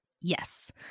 Yes